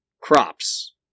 crops